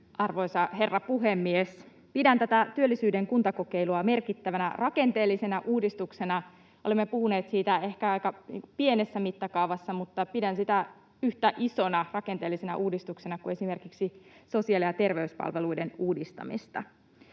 Arvoisa herra puhemies! Pidän tätä työllisyyden kuntakokeilua merkittävänä rakenteellisena uudistuksena. Olemme puhuneet siitä ehkä aika pienessä mittakaavassa, mutta pidän sitä yhtä isona rakenteellisena uudistuksena kuin esimerkiksi sosiaali- ja terveyspalveluiden uudistamista.